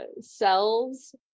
cells